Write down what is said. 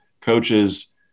coaches